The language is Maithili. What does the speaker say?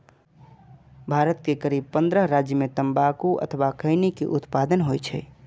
भारत के करीब पंद्रह राज्य मे तंबाकू अथवा खैनी के उत्पादन होइ छै